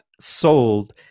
sold